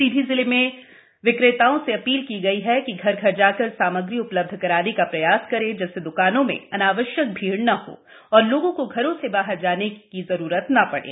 सीधी जिले में विक्रेताओं से अपील की गयी है कि घर घर जाकर सामग्री उपलब्ध कराने का प्रयास करें जिससे द्कानों में अनावश्यक भीड़ नहीं हो और लोगों को घरों से बाहर आने की आवश्यकता नहीं पड़े